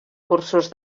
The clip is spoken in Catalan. cursos